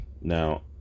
Now